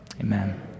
amen